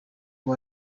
you